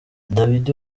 dawidi